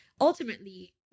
ultimately